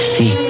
See